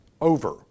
over